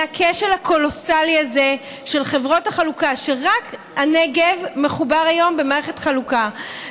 מהכשל הקולוסלי הזה של חברות החלוקה כשרק הנגב מחובר היום במערכת חלוקה,